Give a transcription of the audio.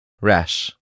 RASH